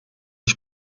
ich